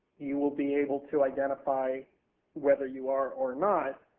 you will be able to identify whether you are or not.